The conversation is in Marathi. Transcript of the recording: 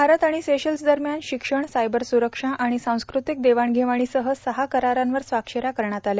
भारत आणि सेशल्स दरम्यान शिक्षण सायबर सुरक्षा आणि सांस्कृतिक देवाणघेवाणीसह सहा करारांवर स्वाक्षर्या करण्यात आल्या